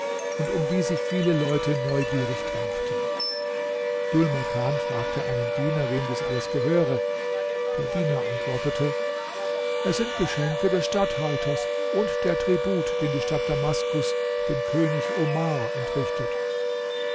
und um die sich viele leute neugierig drängten dhul makan fragte einen diener wem dies alles gehöre der diener antwortete es sind geschenke des statthalters und der tribut den die stadt damaskus dem könig omar entrichtet